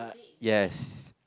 yes